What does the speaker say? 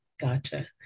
Gotcha